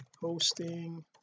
hosting